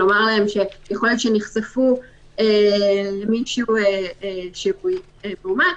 לומר להם שיכול להיות שהם נחשפו למישהו שהוא מאומת